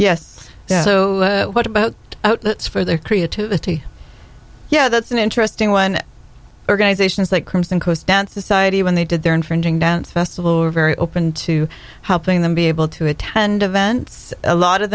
so what about outlets for their creativity yeah that's an interesting one organizations like crimson coast down society when they did their infringing dance festival were very open to helping them be able to attend events a lot of